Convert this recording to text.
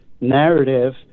narrative